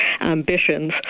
ambitions